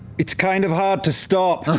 it's kind of hard to stop.